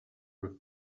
with